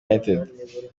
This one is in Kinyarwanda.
united